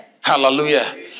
Hallelujah